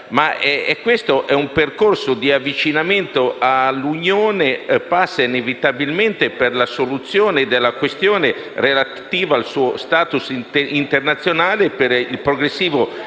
questo è un percorso di avvicinamento all'Unione che passa inevitabilmente per la soluzione della questione relativa al suo *status* internazionale e per il progressivo miglioramento